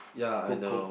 ya I know